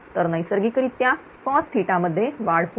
तर नैसर्गिकरित्या COSमध्ये वाढ होईल